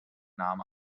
nahm